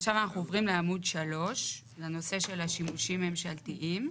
עכשיו אנחנו עוברים לעמוד 3 לנושא של השימושים ממשלתיים.